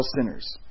sinners